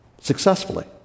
successfully